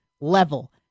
level